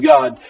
God